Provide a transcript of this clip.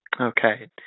Okay